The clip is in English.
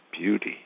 beauty